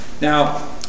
Now